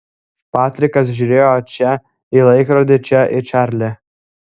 patrikas žiūrėjo čia į laikrodį čia į čarlį